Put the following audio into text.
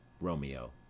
Romeo